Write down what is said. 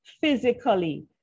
physically